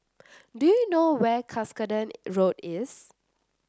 do you know where Cuscaden Road is